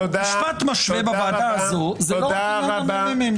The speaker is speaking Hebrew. משפט משווה בוועדה הזאת, זה לא רק עניין לממ"מ.